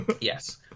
Yes